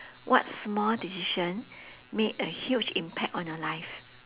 what small decision made a huge impact on your life